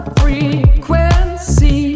frequency